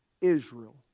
Israel